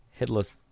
Headless